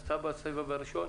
היא עשתה בסבב הראשון.